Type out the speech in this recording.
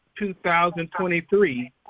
2023